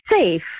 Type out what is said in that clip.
safe